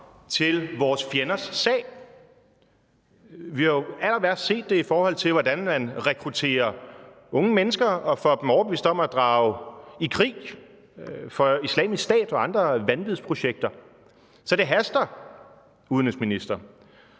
til vores fjenders sag. Vi har jo allerværst set det, i forhold til hvordan man rekrutterer unge mennesker og får dem overbevist om at drage i krig for Islamisk Stat og andre vanvidsprojekter. Så det haster, udenrigsminister.